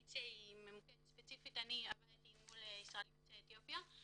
וספציפית עבדתי עם עולים יוצאי אתיופיה.